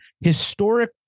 historic